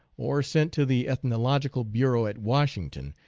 or sent to the ethnological bureau at washington,